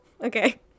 Okay